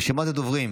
רשימת הדוברים: